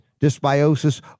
dysbiosis